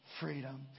freedom